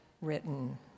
written